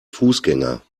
fußgänger